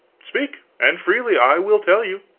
speak, and freely. i will tell you.